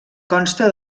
consta